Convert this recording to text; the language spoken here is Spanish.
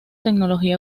tecnología